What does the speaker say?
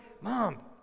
Mom